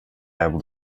able